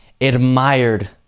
admired